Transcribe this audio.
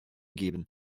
geben